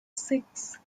six